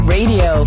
Radio